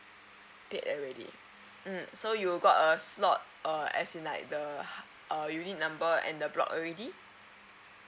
paid already mm so you got a slot err as in like the err unit number and the block already